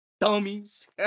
dummies